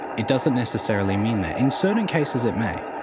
it doesn't necessarily mean that. in certain cases it may,